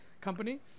Company